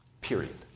period